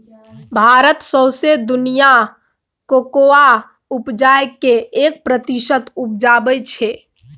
भारत सौंसे दुनियाँक कोकोआ उपजाक केर एक प्रतिशत उपजाबै छै